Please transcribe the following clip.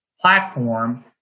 platform